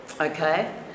Okay